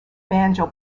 banjo